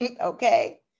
okay